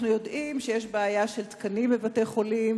אנחנו יודעים שיש בעיה של תקנים בבתי-חולים,